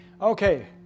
Okay